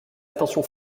attention